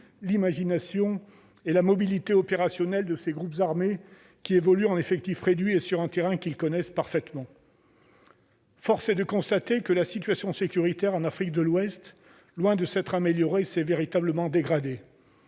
l'imagination et la mobilité opérationnelle de ces groupes armés, qui évoluent en effectif réduit et sur un terrain qu'ils connaissent parfaitement. Force est aussi de constater que la situation sécuritaire en Afrique de l'Ouest, loin de s'être améliorée, s'est véritablement dégradée